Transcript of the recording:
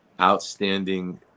outstanding